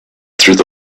through